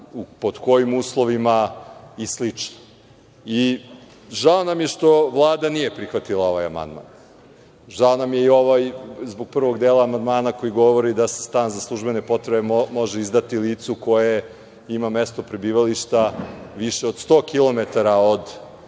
nam je što Vlada nije prihvatila ovaj amandman. Žao nam je zbog prvog dela amandmana, koji govori da se stan za službene potrebe može izdati licu koje ima mesto prebivališta više od 100 kilometara